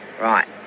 right